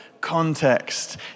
context